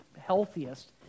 healthiest